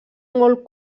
molt